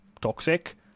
Toxic